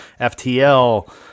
FTL